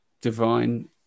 divine